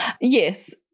Yes